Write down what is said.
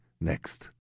next